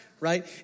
right